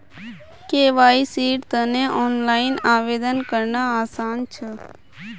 केवाईसीर तने ऑनलाइन आवेदन करना आसान छ